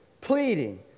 pleading